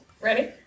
Ready